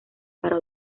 para